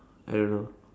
I don't know